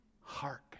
Hark